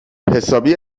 حسابی